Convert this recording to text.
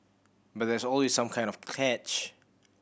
but there's always some kind of catch